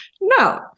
No